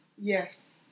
Yes